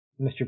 Mr